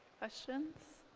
questions?